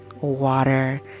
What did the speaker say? water